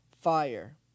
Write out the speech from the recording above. fire